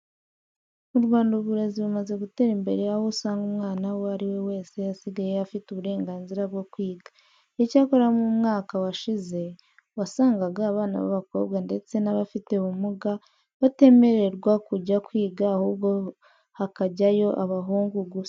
Mu Rwanda uburezi bumaze gutera imbere aho usanga umwana uwo ari we wese asigaye afite uburenganzira bwo kwiga. Icyakora mu mwaka yashize wasangaga abana b'abakobwa ndetse n'abafite ubumuga batemererwa kujya kwiga ahubwo hakajyayo abahungu gusa.